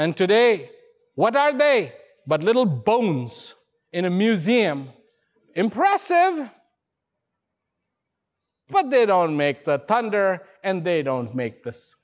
and today what are they but little bones in a museum impressive but they don't make the punter and they don't make this